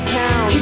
town